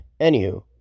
anywho